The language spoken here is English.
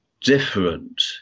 different